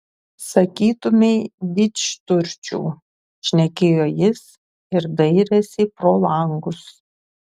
sakytumei didžturčių šnekėjo jis ir dairėsi pro langus